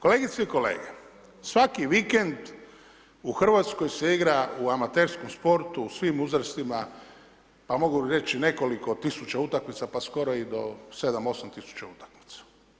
Kolegice i kolege svaki vikend, u Hrvatskoj se igra u amaterskom sportu, u svim uzrastima, pa mogu reći nekoliko tisuća utakmica, pa skoro i do 7-8 tisuća utakmica.